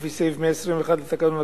לפי סעיף 121 לתקנון הכנסת,